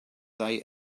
they